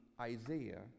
Isaiah